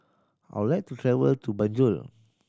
I would like to travel to Banjul